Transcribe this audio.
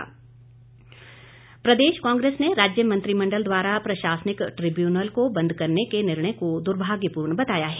विक्रमादित्य सिंह प्रदेश कांग्रेस ने राज्य मंत्रिमंडल द्वारा प्रशासनिक ट्रिब्यूनल को बंद करने के निर्णय को दुर्भाग्यपूर्ण बताया है